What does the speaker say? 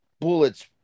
bullets